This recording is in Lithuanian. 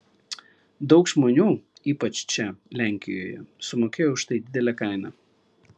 daug žmonių ypač čia lenkijoje sumokėjo už tai didelę kainą